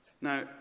Now